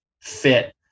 fit